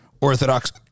Orthodox